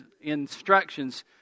instructions